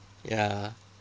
ya